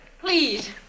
Please